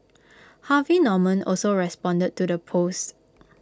Harvey Norman also responded to the post